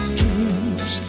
dreams